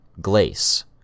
Glace